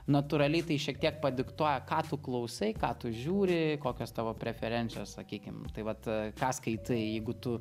natūraliai tai šiek tiek padiktuoja ką tu klausai ką tu žiūri kokios tavo preferencijos sakykim tai vat ką skaitai jeigu tu